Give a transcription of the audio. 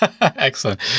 Excellent